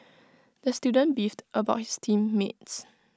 the student beefed about his team mates